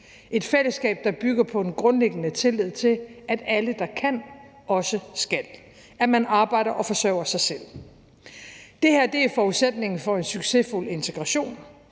et fællesskab, der bygger på en grundlæggende tillid til, at alle, der kan, også skal, og at man arbejder og forsørger sig selv. Det her er forudsætningen for en succesfuld integration,